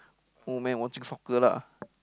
old man watching soccer lah